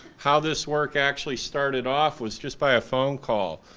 how this work actually started off was just by a phone call.